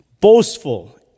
boastful